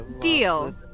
deal